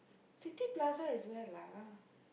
City-Plaza is where lah